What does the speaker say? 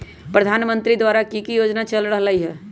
प्रधानमंत्री द्वारा की की योजना चल रहलई ह?